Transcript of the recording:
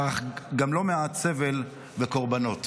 אך גם לא מעט סבל וקורבנות.